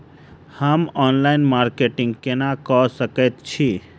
हम online marketing केना कऽ सकैत छी?